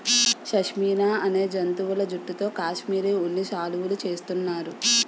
షష్మినా అనే జంతువుల జుట్టుతో కాశ్మిరీ ఉన్ని శాలువులు చేస్తున్నారు